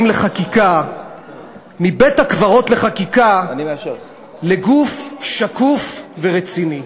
לחקיקה מבית-הקברות לחקיקה לגוף שקוף ורציני.